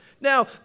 Now